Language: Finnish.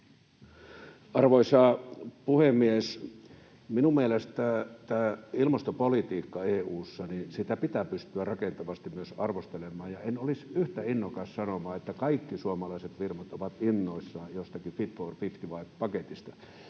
Arvoisa puhemies! Minun mielestäni tätä ilmastopolitiikkaa EU:ssa pitää pystyä rakentavasti myös arvostelemaan. Ja en olisi yhtä innokas sanomaan, että kaikki suomalaiset firmat ovat innoissaan jostakin Fit for 55 ‑paketista.